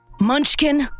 Munchkin